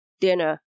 dinner